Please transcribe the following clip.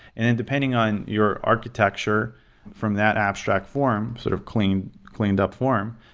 and and depending on your architecture from that abstract form, sort of cleaned cleaned up form,